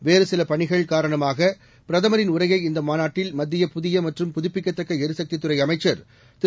வேறுசில பணிகள் காரணமாக பிரதமரின் உரையை இந்த மாநாட்டில் மத்திய புதிய மற்றும் புதுப்பிக்கத்தக்க எரிசக்தித் துறை அமைச்சர் திரு